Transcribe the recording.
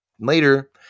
Later